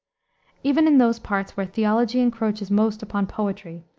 even in those parts where theology encroaches most upon poetry,